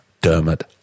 Dermot